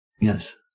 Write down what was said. Yes